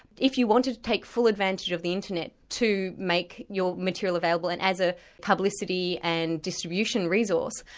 if you wanted to take full advantage of the internet to make your material available, and as a publicity and distribution resource,